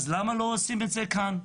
אז למה לא עושים את זה כאן?